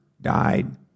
died